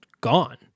gone